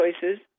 choices